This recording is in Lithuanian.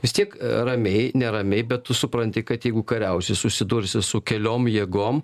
vis tiek ramiai neramiai bet tu supranti kad jeigu kariausi susidursi su keliom jėgom